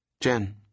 Jen